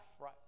right